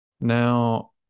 Now